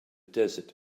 desert